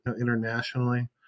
internationally